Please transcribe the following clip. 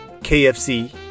KFC